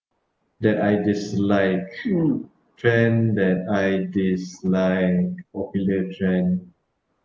that I dislike trend that I dislike popular trend